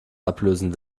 ablösen